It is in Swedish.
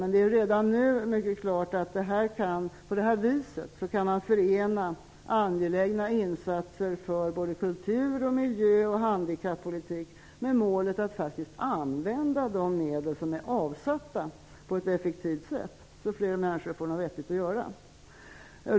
Men det är redan nu mycket klart att man på det här viset kan förena angelägna insatser för såväl kultur som miljö och handikappolitik med målet att på ett effektivt sätt använda de medel som redan är avsatta, så fler människor får något vettigt att göra.